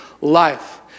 life